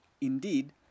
Indeed